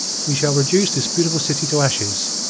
we shall reduce this beautiful city to ashes,